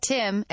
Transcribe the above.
Tim